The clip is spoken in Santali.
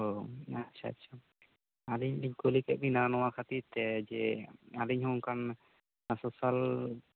ᱚ ᱟᱪᱪᱷᱟ ᱟᱪᱪᱷᱟ ᱟᱹᱞᱤᱧ ᱞᱤᱧ ᱠᱩᱞᱤ ᱠᱮᱫ ᱵᱮᱱᱟ ᱡᱮ ᱱᱚᱶᱟ ᱠᱷᱟᱹᱛᱤᱨ ᱛᱮ ᱡᱮ ᱟᱹᱞᱤᱧ ᱦᱚᱸ ᱚᱱᱠᱟᱱ ᱥᱳᱥᱟᱞ